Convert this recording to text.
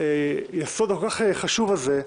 היסוד הכל כך חשוב הזה,